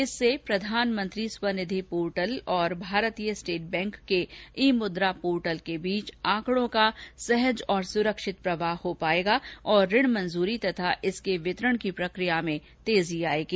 इससे प्रधानमंत्री स्वनिधि पोर्टल और भारतीय स्टेट बैंक के ई मुद्रा पोर्टल के बीच आंकडों का सहज और सुरक्षित प्रवाह हो पाएगा और ऋण मंजूरी और इसके वितरण की प्रक्रिया में तेजी आएगी